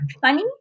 funny